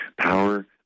Power